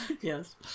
Yes